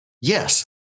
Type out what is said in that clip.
Yes